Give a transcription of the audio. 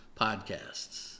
podcasts